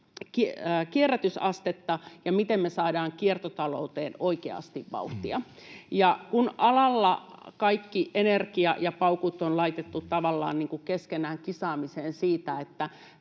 kierrätysastetta ja miten me saadaan kiertotalouteen oikeasti vauhtia. Kun alalla kaikki energia ja paukut on laitettu tavallaan keskenään kisaamiseen siitä, minkä